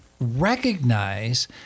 recognize